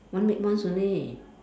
one week once only